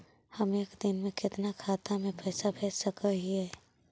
हम एक दिन में कितना खाता में पैसा भेज सक हिय?